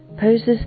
poses